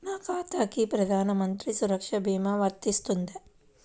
నా ఖాతాకి ప్రధాన మంత్రి సురక్ష భీమా వర్తిస్తుందా?